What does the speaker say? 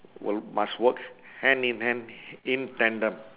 will must work hand in hand in tandem